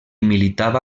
militava